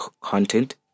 content